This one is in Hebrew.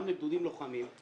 גם לגדודים לוחמים,